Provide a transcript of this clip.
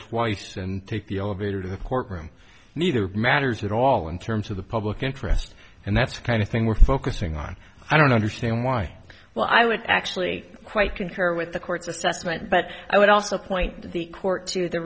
twice and take the elevator to the courtroom neither matters at all in terms of the public interest and that's a kind of thing we're focusing on i don't understand why well i would actually quite concur with the court's assessment but i would also point the court to the